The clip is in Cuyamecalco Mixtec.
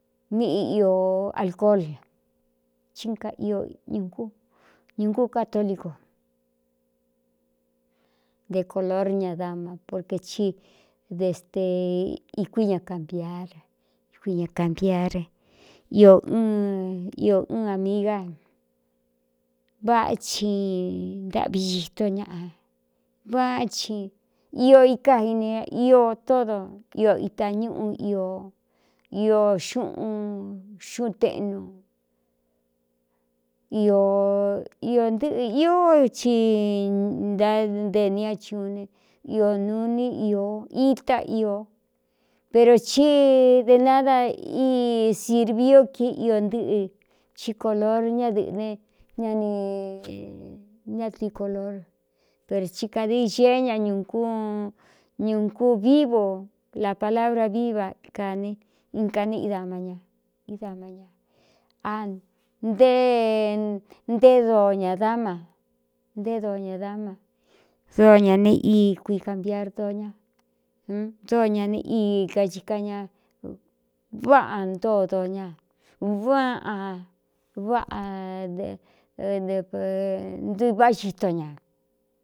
Míꞌi iō alcoo l í a i ñúñūngú católicu nté color ña dama porquē thí de ste ikuí ña cānpiar ikui ña cānpiar iō ɨɨn amigá váꞌa chi ntáꞌvi xitó ñaꞌa váa ci io ikáini io tódo iō ita ñúꞌu i iō xuꞌun xuꞌun teꞌnu iō ntɨ́ꞌɨ ió chi ntanteni ña cu ne iō nūu ini itá ió pero chí de nada í sirviiú kie iō ntɨ́ꞌɨ cí color ñádɨ̄ꞌɨ̄ ne ña ni na tui kolor pero tí kādei xeé ña ñūgú ñūku vívo la palabra víva kāne inka ne ídaaña ídama ña a nté ntée doo ñā dáma nté doo ñā dama dóo ña neꞌíi kui kanpiar doña ndóo ña ne í kachi ka ña váꞌā ntóo do ña váꞌa váꞌaɨnɨiváꞌa xito ñā.